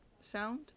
sound